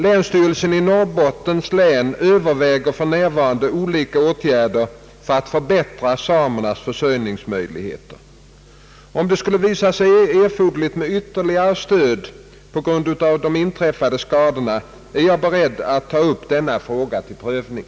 Länsstyrelsen i Norrbottens län överväger för närvarande olika åtgärder för att förbättra samernas försörjningsmöjligheter. Om det skulle visa sig erforderligt med ytterligare stöd på grund av de inträffade skadorna är jag beredd att ta upp denna fråga till prövning.